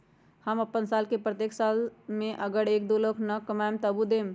हम अपन साल के प्रत्येक साल मे अगर एक, दो लाख न कमाये तवु देम?